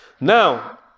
Now